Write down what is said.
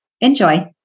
Enjoy